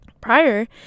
Prior